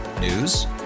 News